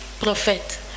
prophet